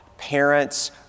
parents